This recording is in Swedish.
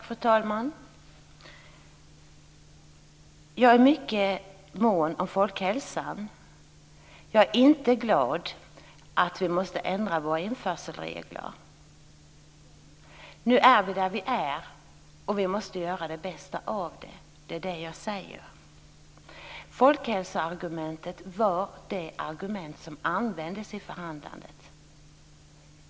Fru talman! Jag är mycket mån om folkhälsan. Jag är inte glad åt att vi måste ändra våra införselregler. Nu är vi där vi är, och vi måste göra det bästa av det. Det är det jag säger. Folkhälsoargumentet var det argument som användes i förhandlandet.